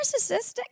narcissistic